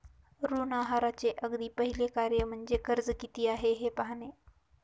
ऋण आहाराचे अगदी पहिले कार्य म्हणजे कर्ज किती आहे हे पाहणे